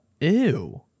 Ew